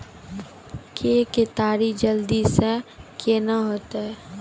के केताड़ी जल्दी से के ना होते?